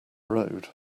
road